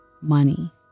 money